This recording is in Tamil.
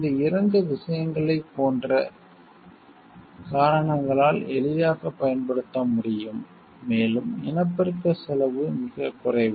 இந்த 2 விஷயங்களைப் போன்ற காரணங்களால் எளிதாகப் பயன்படுத்த முடியும் மேலும் இனப்பெருக்கச் செலவு மிகக் குறைவு